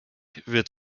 wird